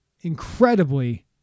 incredibly